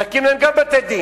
נקים להם גם בתי-דין